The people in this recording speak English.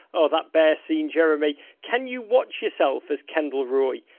oh, that bear scene, jeremy. can you watch yourself as kendall roy,